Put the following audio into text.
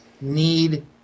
need